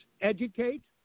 educate